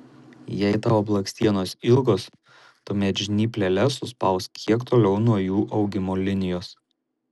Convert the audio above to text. jei tavo blakstienos ilgos tuomet žnypleles suspausk kiek toliau nuo jų augimo linijos